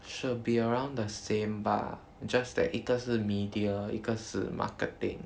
should be around the same bah just that 一个是 media 一个是 marketing